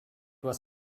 was